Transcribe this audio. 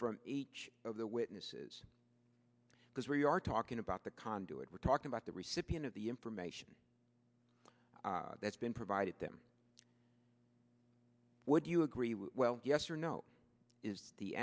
from each of the witnesses because we are talking about the conduit we're talking about recipient of the information that's been provided them would you agree well yes or no is the